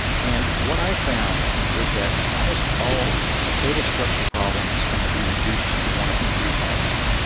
and what i've found is that almost all table structure problems can be reduced to one of three problems,